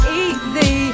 easy